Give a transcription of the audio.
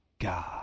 God